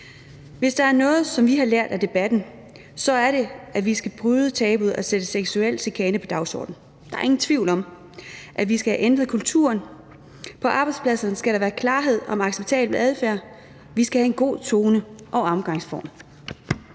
Hvis der er noget, som vi har lært af debatten, er det, at vi skal bryde tabuet og sætte seksuel chikane på dagsordenen. Der er ingen tvivl om, at vi skal have ændret kulturen. På arbejdspladserne skal der være klarhed om acceptabel adfærd; vi skal have en god tone og omgangsform.